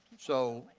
so,